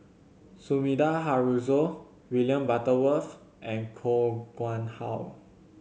Sumida Haruzo William Butterworth and Koh Nguang How